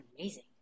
amazing